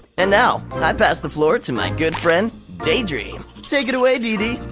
and now, i pass the floor to my good friend, daydream. take it away dd,